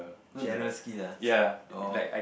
she lah orh